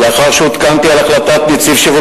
לאחר שעודכנתי על החלטת נציב שירות